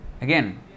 again